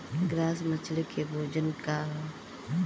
Grass मछली के भोजन का ह?